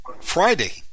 Friday